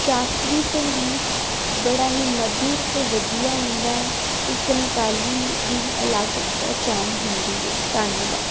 ਸ਼ਾਸਤਰੀ ਸੰਗੀਤ ਬੜਾ ਹੀ ਮਧੁਰ ਤੇ ਵਧੀਆ ਹੁੰਦਾ ਹੈ ਤੇ ਸਮਕਾਲੀ ਦੀ ਵੀ ਅਲੱਗ ਪਹਿਚਾਣ ਹੁੰਦੀ ਹੈ ਧੰਨਵਾਦ